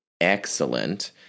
excellent